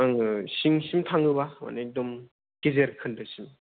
आङो सिं सिं थाङोबा माने एकदम गेजेरखन्द' सिम